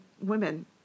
women